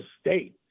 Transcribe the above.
state